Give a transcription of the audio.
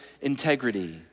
integrity